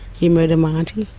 he murdered my aunty.